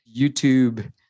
YouTube